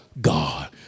God